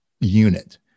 unit